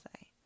say